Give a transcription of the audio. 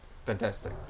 Fantastic